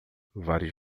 vários